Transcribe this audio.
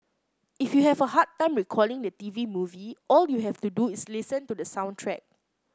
if you have a hard time recalling the T V movie all you have to do is listen to the soundtrack